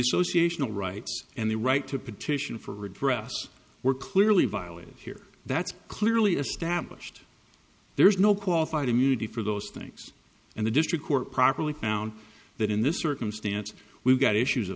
associational rights and the right to petition for redress were clearly violated here that's clearly established there's no qualified immunity for those things and the district court properly found that in this circumstance we've got issues